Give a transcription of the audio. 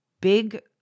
big